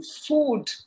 food